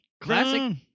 Classic